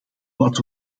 wat